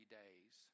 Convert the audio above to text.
days